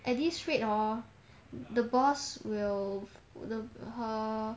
at this rate hor the boss will her